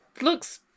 looks